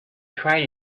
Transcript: tried